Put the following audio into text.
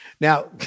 Now